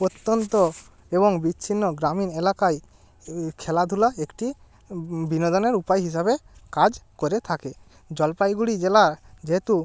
প্রত্যন্ত এবং বিচ্ছিন্ন গ্রামীণ এলাকায় খেলাধূলা একটি বিনোদনের উপায় হিসাবে কাজ করে থাকে জলপাইগুড়ি জেলা যেহেতু